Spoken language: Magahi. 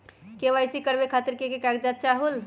के.वाई.सी करवे खातीर के के कागजात चाहलु?